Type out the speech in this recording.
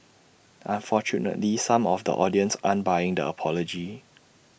unfortunately some of the audience aren't buying the apology